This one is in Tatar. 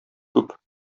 күп